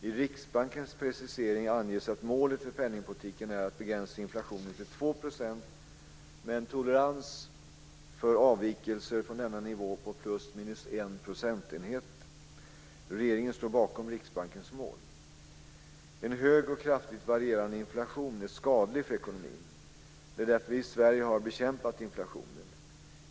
I Riksbankens precisering anges att målet för penningpolitiken är att begränsa inflationen till 2 % med en tolerans för avvikelser från denna nivå på ±1 procentenhet. Regeringen står bakom Riksbankens mål. En hög och kraftigt varierande inflation är skadlig för ekonomin. Det är därför vi i Sverige har bekämpat inflationen.